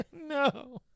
No